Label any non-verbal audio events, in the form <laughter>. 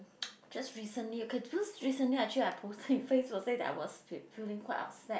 <noise> just recently okay because recently actually I posted on Facebook say that I was feel feeling quite upset